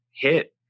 hit